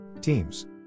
Teams